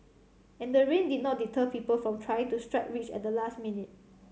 and the rain did not deter people from trying to strike rich at the last minute